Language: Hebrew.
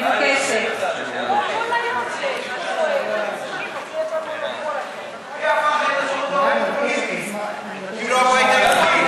מי הפך את השירות הלאומי לפוליטי אם לא הבית היהודי?